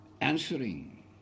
answering